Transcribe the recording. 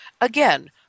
Again